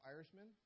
Irishmen